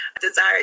desire